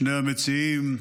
שני המציעים,